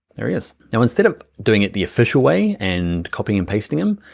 there he is. now, instead of doing it the official way and copying and pasting him,